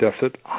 deficit